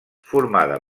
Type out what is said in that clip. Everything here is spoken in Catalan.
formada